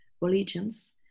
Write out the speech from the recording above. religions